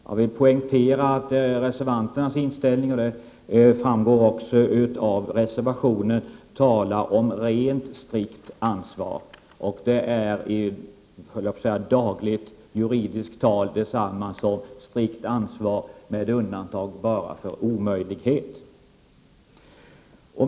Jag vill poängtera att reservanterna — det framgår också av reservationen — talar om ett strikt ansvar. Det är i ”dagligt” juridiskt tal detsamma som strikt ansvar med undantag bara för omöjlighet.